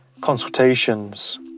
consultations